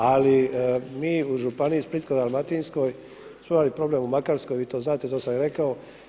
Ali mi u Županiji splitsko-dalmatinskoj smo imali problem u Makarskoj, vi to znate to sam i rekao.